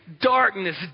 darkness